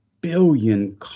billion